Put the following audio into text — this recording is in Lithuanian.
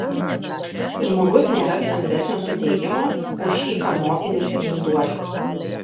žmogus nėra stambesnio sudėjimo už šį kanopinį žinduolį